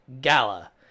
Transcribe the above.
gala